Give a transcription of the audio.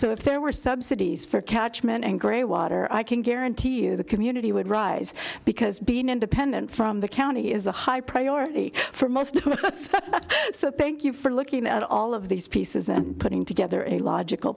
so if there were subsidies for catchment and grey water i can guarantee you the community would rise because being independent from the county is a high priority for most bank you for looking at all of these pieces and putting together a logical